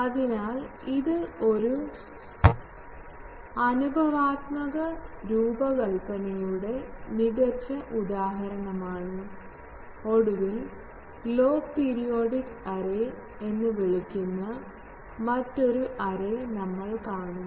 അതിനാൽ ഇത് ഒരു അനുഭവാത്മക രൂപകൽപ്പനയുടെ മികച്ച ഉദാഹരണമാണ് ഒടുവിൽ ലോഗ് പീരിയോഡിക് എറേ എന്ന് വിളിക്കുന്ന മറ്റൊരു എറേ നമ്മൾ കാണും